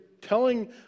telling